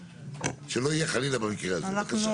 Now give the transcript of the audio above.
שלא יהיה חלילה במקרה הזה, בבקשה.